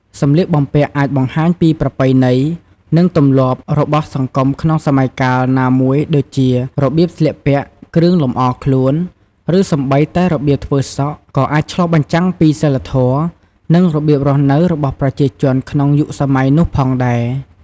សម្លៀកបំពាក់អាចបង្ហាញពីប្រពៃណី និងទម្លាប់របស់សង្គមក្នុងសម័យកាលណាមួយដូចជា របៀបស្លៀកពាក់ គ្រឿងលម្អខ្លួន ឬសូម្បីតែរបៀបធ្វើសក់ ក៏អាចឆ្លុះបញ្ចាំងពីសីលធម៌ និងរបៀបរស់នៅរបស់ប្រជាជនក្នុងយុគសម័យនោះផងដែរ ។